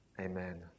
Amen